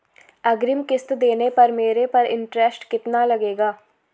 अग्रिम किश्त देने पर मेरे पर इंट्रेस्ट कितना लगेगा?